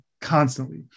constantly